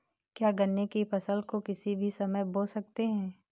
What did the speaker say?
क्या गन्ने की फसल को किसी भी समय बो सकते हैं?